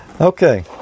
Okay